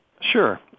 Sure